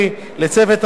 לצוות הוועדה,